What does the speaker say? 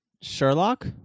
Sherlock